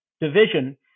division